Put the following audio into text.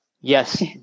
Yes